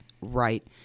right